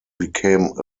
became